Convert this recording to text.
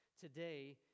today